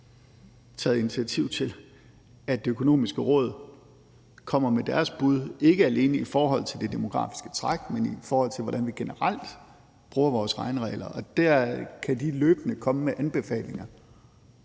taget initiativ til, at Det Økonomiske Råd kommer med deres bud, ikke alene i forhold til det demografiske træk, men i forhold til hvordan vi generelt bruger vores regneregler, og der kan de løbende komme med anbefalinger,